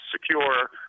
secure